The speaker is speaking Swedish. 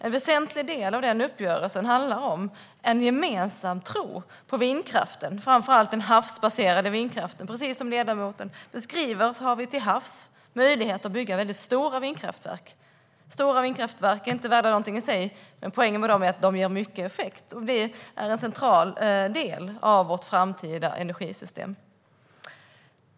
En väsentlig del av den uppgörelsen handlar om en gemensam tro på vindkraften, framför allt den havsbaserade vindkraften. Precis som ledamoten beskriver har vi till havs möjlighet att bygga väldigt stora vindkraftverk. Stora vindkraftverk är inte värda någonting i sig, men poängen med dem är att de ger mycket effekt, och det är en central del av vårt framtida energisystem.